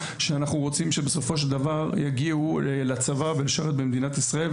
שאנחנו רוצים שבסופו של דבר יגיעו לצבא ולשרת במדינת ישראל,